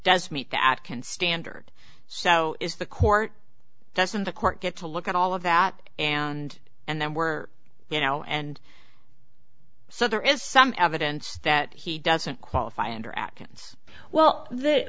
does meet that can standard so is the court doesn't the court get to look at all of that and and there were you know and so there is some evidence that he doesn't qualify under atkins well the